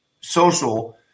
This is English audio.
Social